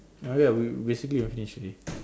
okay we we basically we finish already